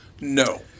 No